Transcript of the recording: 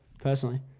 personally